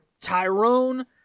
Tyrone